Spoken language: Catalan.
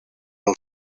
als